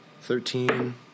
Thirteen